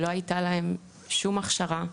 שלא הייתה להם שום הכשרה,